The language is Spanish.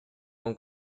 aún